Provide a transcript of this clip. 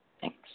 Thanks